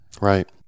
Right